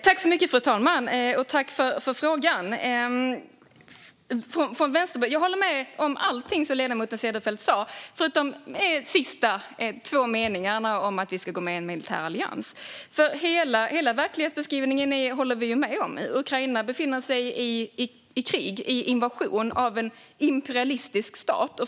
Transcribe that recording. Fru talman! Tack, ledamoten, för frågan! Jag håller med om allting som ledamoten Cederfelt sa, förutom de sista meningarna om att vi ska gå med i en militär allians. Hela verklighetsbeskrivningen håller vi med om. Ukraina befinner sig i krig, en invasion av en imperialistisk stat.